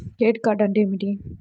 Credit card అంటే ఏమిటి?